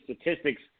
statistics